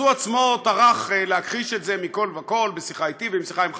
אז הוא עצמו טרח להכחיש את זה מכול וכול בשיחה אתי ובשיחה עם חברים,